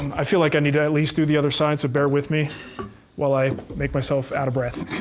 i feel like i need to at least do the other side, so bear with me while i make myself out of breath.